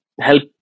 help